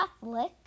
Catholic